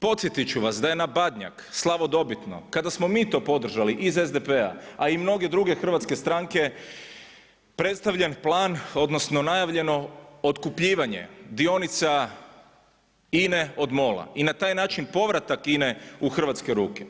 Podsjetit ću vas da je na Badnjak slavodobitno kada smo mi to podržali iz SDP-a a i mnoge druge hrvatske stranke predstavljen plan odnosno najavljeno otkupljivanje dionica INA-e od MOL-a i na taj način povratak INA-e u hrvatske ruke.